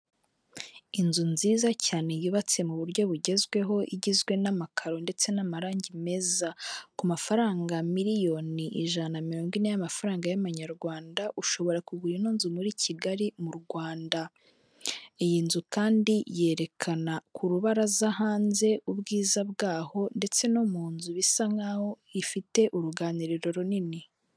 Inzu nziza cyane yubatse mu buryo bugezweho igizwe n'amakaro ndetse n'amarangi meza ku mafaranga miliyoni ijana na mirongo ine y'amafaranga y'amanyarwanda ushobora kugura ino nzu muri kigali mu Rwanda, iyi nzu kandi yerekana ku rubaraza hanze ubwiza bwaho ndetse no mu nzu bisa nkaho ifite uruganiriro runini.